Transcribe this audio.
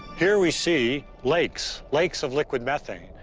here we see lakes, lakes of liquid methane.